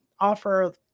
offer